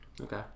Okay